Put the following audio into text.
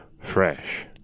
fresh